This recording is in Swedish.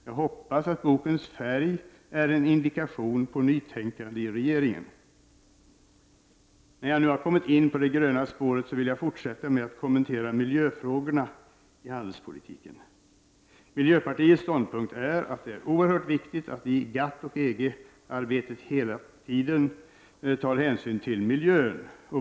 Jag hoppas att bokens färg är en indikation på nytänkande i regeringen. När jag nu har kommit in på det gröna spåret vill jag fortsätta med att kommentera miljöfrågorna i handelspolitiken. Miljöpartiets ståndpunkt är att det är oerhört viktigt att vi i GATT och EG-arbetet hela tiden tar hänsyn till miljön.